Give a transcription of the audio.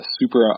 super